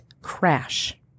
crash